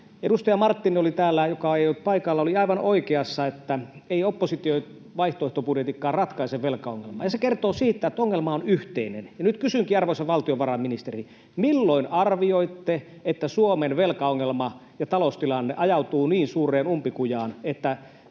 Edustaja Marttinen, joka ei ole paikalla, oli aivan oikeassa, että eivät opposition vaihtoehtobudjetitkaan ratkaise velkaongelmaa, ja se kertoo siitä, että ongelma on yhteinen. Nyt kysynkin, arvoisa valtiovarainministeri: milloin arvioitte, että Suomen velkaongelma ja taloustilanne ajautuvat niin suureen umpikujaan, että